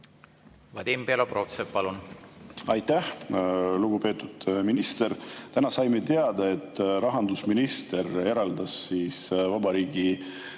Vadim Belobrovtsev, palun! Aitäh! Lugupeetud minister! Täna saime teada, et rahandusminister eraldas Vabariigi